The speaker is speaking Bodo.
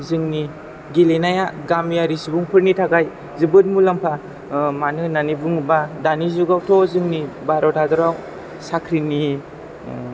जोंनि गेलेनाया गामियारि सुबुंफोरनि थाखाय जोबोद मुलाम्फा मानो होननानै बुङोबा दानि जुगावथ' जोंनि भारत हादराव साख्रिनि